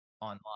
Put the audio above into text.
Online